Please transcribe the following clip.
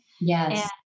Yes